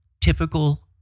typical